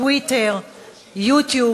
טוויטר ויוטיוב